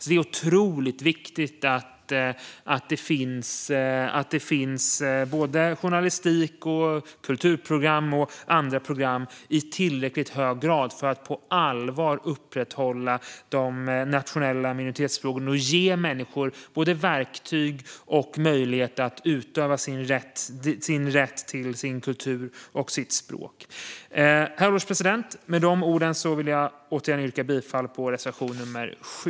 Det är otroligt viktigt att det finns både journalistik, kulturprogram och andra program i tillräckligt stor utsträckning för att på allvar upprätthålla de nationella minoritetsspråken och ge människor både verktyg och möjlighet att utöva sin rätt till sin kultur och sitt språk. Herr ålderspresident! Med de orden vill jag återigen yrka bifall till reservation nr 7.